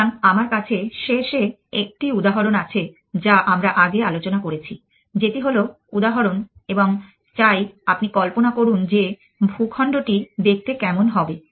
সুতরাং আমার কাছে শেষে একটি উদাহরণ আছে যা আমরা আগে আলোচনা করেছি যেটি হলো উদাহরণ এবং চাই আপনি কল্পনা করুন যে ভূখণ্ডটি দেখতে কেমন হবে